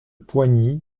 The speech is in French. poigny